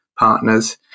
partners